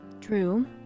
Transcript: True